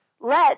Let